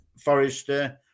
Forrester